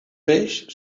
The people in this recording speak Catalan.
peix